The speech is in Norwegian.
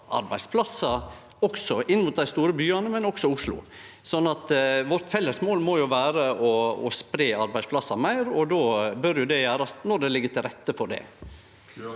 arbeidsplassar inn mot dei store byane, også Oslo. Vårt felles mål må vere å spreie arbeidsplassane meir, og då bør det gjerast når det ligg til rette for det.